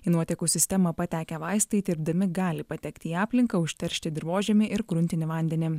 į nuotekų sistemą patekę vaistai tirpdami gali patekti į aplinką užteršti dirvožemį ir gruntinį vandenį